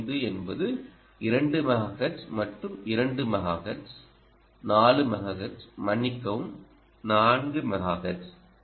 5 என்பது 2 மெகாஹெர்ட்ஸ் மற்றும் 2 megahertz 4 megahertz மன்னிக்கவும் 4 மெகாஹெர்ட்ஸ்